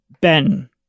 Ben